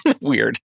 Weird